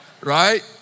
Right